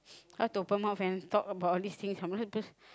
how to open mouth and talk about all these things